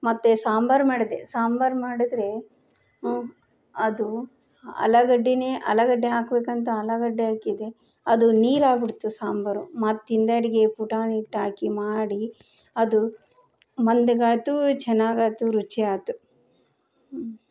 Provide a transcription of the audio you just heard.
ಮತ್ತು ಸಾಂಬಾರು ಮಾಡಿದೆ ಸಾಂಬಾರು ಮಾಡಿದ್ರೆ ಅದು ಆಲುಗಡ್ಡಿನೇ ಆಲುಗಡ್ಡೆ ಹಾಕಬೇಕಂತ ಆಲುಗಡ್ಡೆ ಹಾಕಿದೆ ಅದು ನೀರಾಗಿಬಿಡ್ತು ಸಾಂಬಾರು ಮತ್ತೆ ಪುಟಾಣಿ ಹಿಟ್ಟಾಕಿ ಮಾಡಿ ಅದು ಮಂದಗಾಯ್ತು ಚೆನ್ನಾಗಾತು ರುಚಿ ಆತು ಹ್ಞೂ